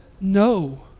No